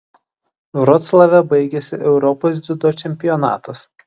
vroclave baigėsi europos dziudo čempionatas